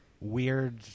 weird